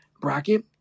bracket